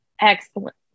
excellent